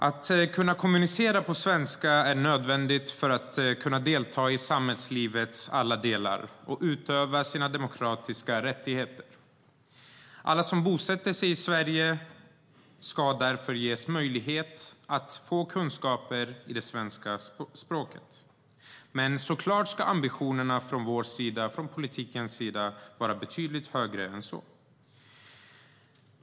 Att kommunicera på svenska är nödvändigt för att kunna delta i samhällslivets alla delar och utöva sina demokratiska rättigheter. Alla som bosätter sig i Sverige ska därför ges möjlighet att få kunskaper i svenska språket. Men ambitionerna från politikens sida ska såklart vara betydligt högre än så.